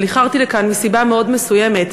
אבל איחרתי לכאן מסיבה מאוד מסוימת.